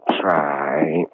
try